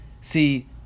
See